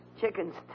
chicken's